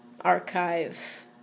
archive